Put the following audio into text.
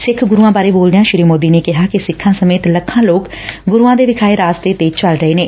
ਸਿੱਖ ਗੁਰੁਆ ਬਾਰੇ ਬੋਲਦਿਆ ਸ੍ਰੀ ਮੋਦੀ ਨੇ ਕਿਹਾ ਕਿ ਸਿੱਖਾ ਸਮੇਤ ਲੱਖਾ ਲੋਕ ਗੁਰੁਆ ਦੇ ਵਿਖਾਏ ਰਸਤੇ ਤੇ ਚੱਲ ਰਹੇ ਨੇ